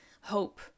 hope